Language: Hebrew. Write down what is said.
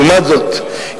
לעומת זאת,